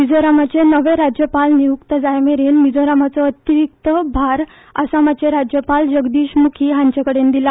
मिझोरमाचे नवे राज्यपाल नियुक्त जाय मेरेन मिझोरमाचो अतिरीक्त भार असामाचे राज्यपाल जगदीश मुखी हांचेकडेन दिला